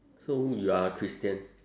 so you are christian